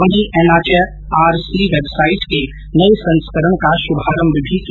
वहीं N H R C website के नए संस्करण का शुभारंभ भी किया